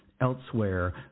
elsewhere